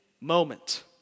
moment